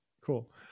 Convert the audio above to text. cool